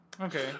Okay